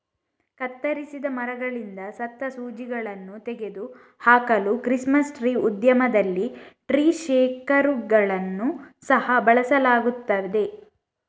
ಕತ್ತರಿಸಿದ ಮರಗಳಿಂದ ಸತ್ತ ಸೂಜಿಗಳನ್ನು ತೆಗೆದು ಹಾಕಲು ಕ್ರಿಸ್ಮಸ್ ಟ್ರೀ ಉದ್ಯಮದಲ್ಲಿ ಟ್ರೀ ಶೇಕರುಗಳನ್ನು ಸಹ ಬಳಸಲಾಗುತ್ತದೆ